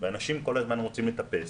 אנשים כל הזמן רוצים לטפס.